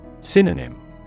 Synonym